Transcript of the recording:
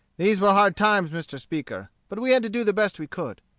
these were hard times, mr. speaker, but we had to do the best we could.